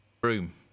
broom